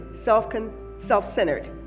self-centered